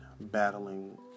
battling